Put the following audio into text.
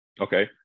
Okay